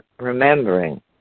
remembering